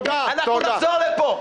אנחנו נחזור לפה.